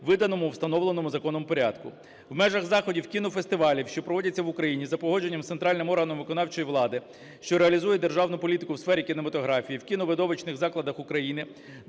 виданому і встановленому законом порядку. В межах заходів кінофестивалів, що проводяться в Україні за погодженням з центральним органом виконавчої влади, що реалізує державну політику сфері кінематографії в кіновидовищних закладах України